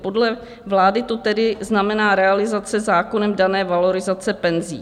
Podle vlády to tedy znamená realizace zákonem dané valorizace penzí.